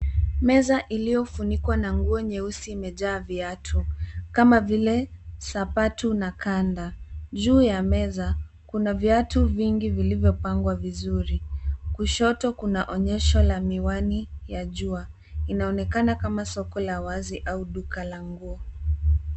Meza iliyofunikwa na nguo nyeusi imejaa viatu kama vile sapatu na kanda. Juu ya meza kuna viatu vingi vilivyopangwa vizuri. Kushoto kuna onyesho la miwani ya jua inaonekana kama soko la wazi au duka la nguo.